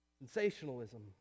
Sensationalism